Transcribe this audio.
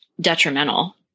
detrimental